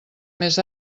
més